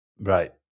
right